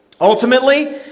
Ultimately